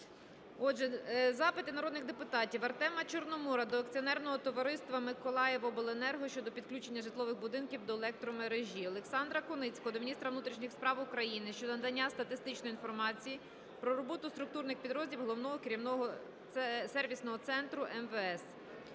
Отже, запити народних депутатів. Артема Чорноморова до Акціонерного товариства "Миколаївобленерго" щодо підключення житлових будинків до електромережі. Олександра Куницького до Міністра внутрішніх справ України щодо надання статистичної інформації про роботу структурних підрозділів Головного сервісного центру МВС.